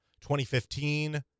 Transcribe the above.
2015